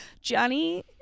Johnny